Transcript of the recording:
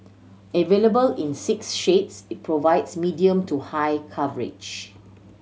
available in six shades it provides medium to high coverage